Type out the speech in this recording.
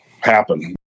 happen